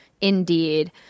indeed